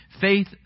Faith